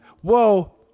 Whoa